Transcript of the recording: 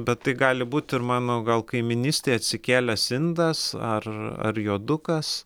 bet tai gali būti ir mano gal kaimynystėje atsikėlęs indas ar ar juodukas